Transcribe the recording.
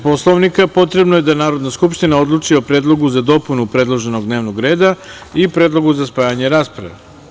Poslovnika, potrebno je da Narodna skupština odlučio o predlogu za dopunu predloženog dnevnog reda i predlogu za spajanje rasprave.